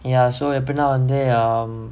ya so எப்படினா வந்து:eppadinaa vanthu um